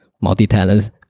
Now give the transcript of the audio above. multi-talents